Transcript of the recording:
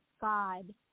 god